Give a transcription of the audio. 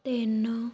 ਤਿੰਨ